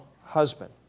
husband